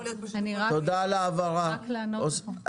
אני רק לענות פה.